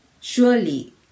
surely